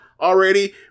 already